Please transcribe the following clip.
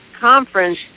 conference